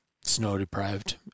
snow-deprived